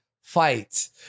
fight